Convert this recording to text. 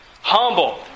Humble